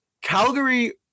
Calgary